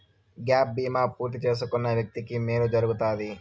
gap బీమా పూర్తి చేసుకున్న వ్యక్తికి మేలు జరుగుతాది